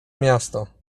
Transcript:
miasto